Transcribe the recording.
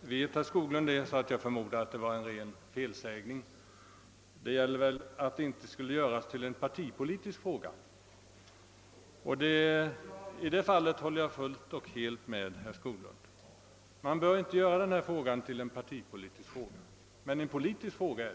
vet också herr Skoglund, och jag förmodar därför att det var en ren felsägning. Han menade sannolikt att ärendet inte skall göras till en partipolitisk fråga, och det håller jag helt med om. Men det är en stor politisk fråga.